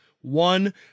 One